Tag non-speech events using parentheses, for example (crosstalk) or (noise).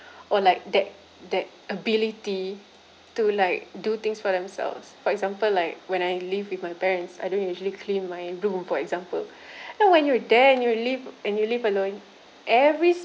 or like that that ability to like do things for themselves for example like when I live with my parents I don't usually clean my room for example now (breath) when you're there and you live and you live alone every